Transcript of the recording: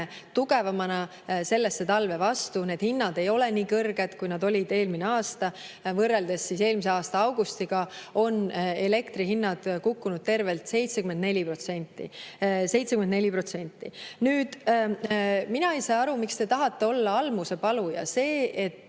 tugevamana sellele talvele vastu. Need hinnad ei ole nii kõrged, kui nad olid eelmisel aastal. Võrreldes eelmise aasta augustiga on elektri hinnad kukkunud tervelt 74%. 74%!Nüüd, mina ei saa aru, miks te tahate olla almusepaluja. See, et